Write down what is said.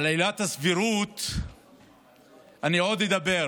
על עילת הסבירות אני עוד אדבר